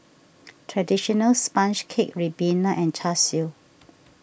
Traditional Sponge Cake Ribena and Char Siu